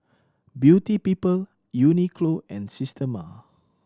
Beauty People Uniqlo and Systema